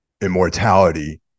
immortality